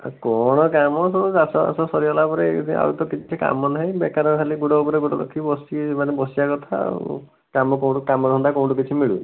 ଆ କ'ଣ କାମ ସବୁ ଚାଷବାସ ସରିଗଲା ପରେ ଆଉ ତ କିଛି କାମ ନାହିଁ ବେକାର ଖାଲି ଗୋଡ଼ ଉପରେ ଗୋଡ଼ ରଖି ବସି ମାନେ ବସିବା କଥା ଆଉ କାମ କ'ଣ କାମଧନ୍ଦା କେଉଁଠି କିଛି ମିଳୁନି